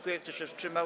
Kto się wstrzymał?